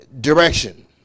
direction